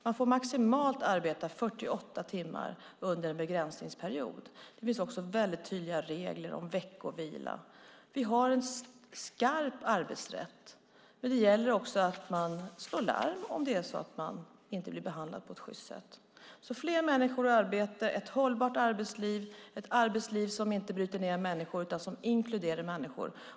Man får arbeta maximalt 48 timmar under en begränsad period. Det finns också väldigt tydliga regler om veckovila. Vi har en skarp arbetsrätt, men det gäller också att man slår larm om man inte blir behandlad på sjyst sätt. Vi vill ha fler människor i arbete, ett hållbart arbetsliv, ett arbetsliv som inte bryter ned människor utan som inkluderar människor.